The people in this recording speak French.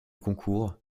concours